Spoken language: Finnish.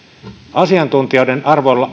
asiantuntijoiden